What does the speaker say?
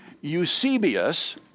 Eusebius